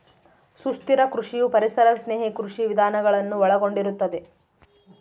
ಸುಸ್ಥಿರ ಕೃಷಿಯು ಪರಿಸರ ಸ್ನೇಹಿ ಕೃಷಿ ವಿಧಾನಗಳನ್ನು ಒಳಗೊಂಡಿರುತ್ತದೆ